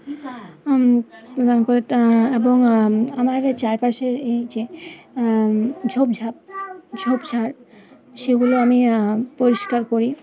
এবং আমার চারপাশের এই যে ঝোপঝাপ ঝোপ ঝাড় সেগুলো আমি পরিষ্কার করি